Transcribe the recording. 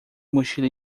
mochila